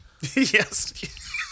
Yes